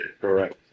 Correct